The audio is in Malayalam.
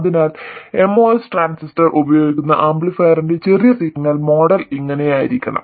അതിനാൽ MOS ട്രാൻസിസ്റ്റർ ഉപയോഗിക്കുന്ന ആംപ്ലിഫയറിന്റെ ചെറിയ സിഗ്നൽ മോഡൽ ഇങ്ങനെയായിരിക്കണം